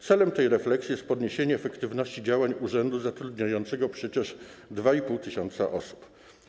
Celem tej refleksji jest podniesienie efektywności działań urzędu zatrudniającego przecież 2,5 tys. osób.